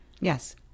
yes